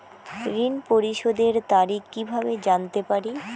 ঋণ পরিশোধের তারিখ কিভাবে জানতে পারি?